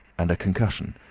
and a concussion.